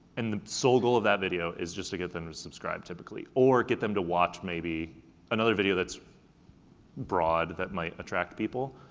and the sole goal of that video is just to get them to subscribe, typically. or get them to watch maybe another video that's broad that might attract people,